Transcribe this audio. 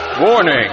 Warning